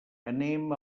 anem